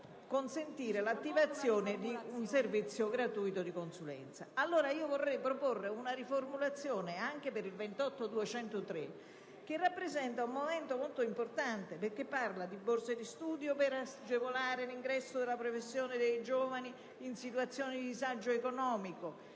consentire l'attivazione di un servizio gratuito di consulenza. Vorrei, allora, proporre una riformulazione anche per l'emendamento 28.203 che riguarda un tema molto importante perché parla di borse di studio per agevolare l'ingresso nella professione di giovani in situazioni di disagio economico,